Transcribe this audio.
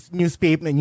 newspaper